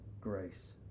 grace